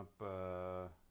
up